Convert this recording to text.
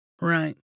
Right